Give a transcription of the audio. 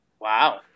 Wow